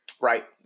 Right